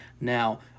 Now